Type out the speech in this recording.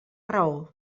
raó